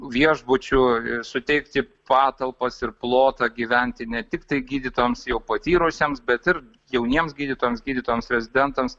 viešbučių suteikti patalpas ir plotą gyventi ne tiktai gydytoms jau patyrusiems bet ir jauniems gydytojams gydytojams rezidentams